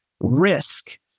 risk